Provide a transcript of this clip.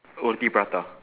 roti-prata